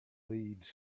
leads